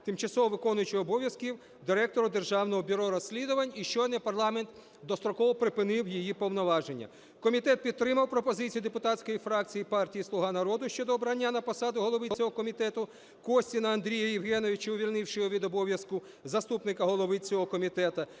тимчасово виконуючою обов'язки Директора Державного бюро розслідувань, і щойно парламент достроково припинив її повноваження. Комітет підтримав пропозицію депутатської фракції партії "Слуга народу" щодо обрання на посаду голови цього комітету Костіна Андрія Євгеновича, увільнивши його від обов'язку заступника голови цього комітету,